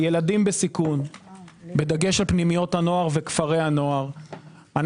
ילדים בסיכון בדגש על פנימיות הנוער וכפרי הנוער,